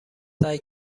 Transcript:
سعی